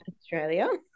Australia